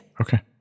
Okay